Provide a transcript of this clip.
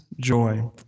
joy